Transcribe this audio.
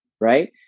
right